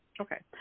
Okay